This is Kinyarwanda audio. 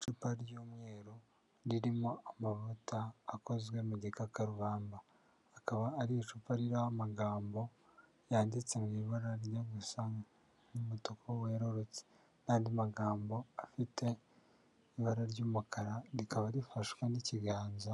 Icupa ry'umweru ririmo amavuta akozwe mu gikakarubamba, akaba ari icupa ririho amagambo yanditse mu ibara rimwe gusa umutuku werurutse n'andi magambo afite ibara ry'umukara, rikaba rifashwe n'ikiganza